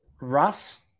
Russ